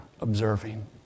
observing